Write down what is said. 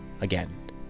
again